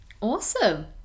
Awesome